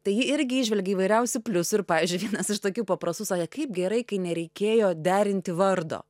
tai ji irgi įžvelgia įvairiausių pliusų ir pavyzdžiui vienas iš tokių paprasų save kaip gerai kai nereikėjo derinti vardo